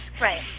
Right